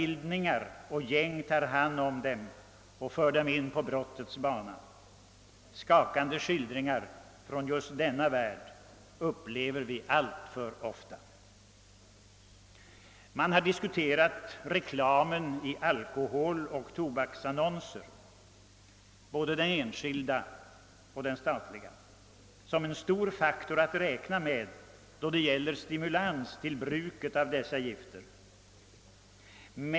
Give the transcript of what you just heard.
Ligor och gäng tar hand om dem och för dem in på brottets bana. Vi upplever alltför ofta skakande skildringar från just denna värld. Man har diskuterat reklamen i alkoholoch tobaksannonser, både enskild och statlig, såsom varande en betydelsefull faktor att räkna med då det gäller stimulans till bruk av dessa gifter.